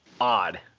odd